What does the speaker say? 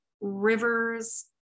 rivers